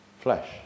flesh